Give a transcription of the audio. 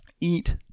eat